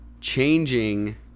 changing